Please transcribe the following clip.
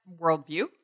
worldview